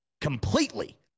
completely